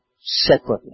separately